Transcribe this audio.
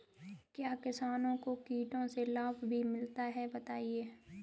क्या किसानों को कीटों से लाभ भी मिलता है बताएँ?